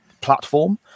platform